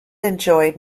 enjoyed